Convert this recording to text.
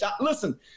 Listen